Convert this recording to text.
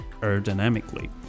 aerodynamically